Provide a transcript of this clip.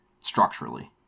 structurally